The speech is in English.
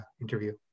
interview